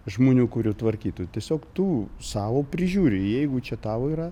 žmonių kurių tvarkytų tiesiog tu sau prižiūri jeigu čia tavo yra